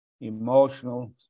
emotional